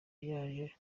yaje